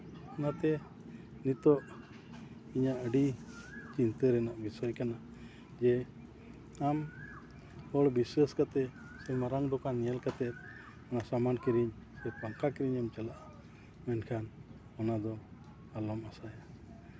ᱚᱱᱟᱛᱮ ᱱᱤᱛᱚᱜ ᱤᱧ ᱟᱹᱰᱤ ᱪᱤᱱᱛᱟᱹ ᱨᱮᱱᱟᱜ ᱵᱤᱥᱚᱭ ᱠᱟᱱᱟ ᱡᱮ ᱟᱢ ᱦᱚᱲ ᱵᱤᱥᱥᱟᱹᱥ ᱠᱟᱛᱮᱫ ᱢᱟᱨᱟᱝ ᱫᱳᱠᱟᱱ ᱧᱮᱞ ᱠᱟᱛᱮᱫ ᱚᱱᱟ ᱥᱟᱢᱟᱱ ᱠᱤᱨᱤᱧ ᱥᱮ ᱯᱟᱝᱠᱷᱟ ᱠᱤᱨᱤᱧᱮᱢ ᱪᱟᱞᱟᱜᱼᱟ ᱢᱮᱱᱠᱷᱟᱱ ᱚᱱᱟᱫᱚ ᱟᱞᱚᱢ ᱟᱥᱟᱭᱟ